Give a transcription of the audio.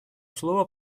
слово